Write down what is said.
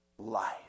Life